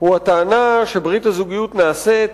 הוא הטענה שברית הזוגיות נעשית